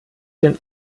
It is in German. den